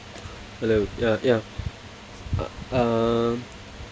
hello ya ya uh um